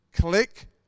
Click